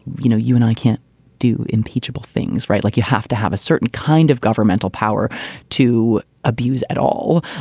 you know, you and i can't do impeachable things, right? like you have to have a certain kind of governmental power to abuse at all.